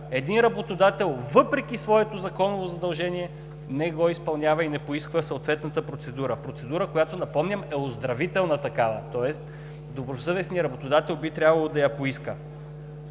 един работодател, въпреки своето законово задължение, не го изпълнява и не поиска съответната процедура. Процедура, която, напомням, е оздравителна такава. Тоест добросъвестният работодател би трябвало да я поиска.